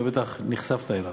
אתה בטח נחשפת אליו.